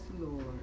Lord